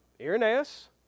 Irenaeus